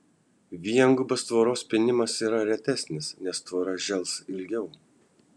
viengubas tvoros pynimas yra retesnis nes tvora žels ilgiau